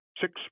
Six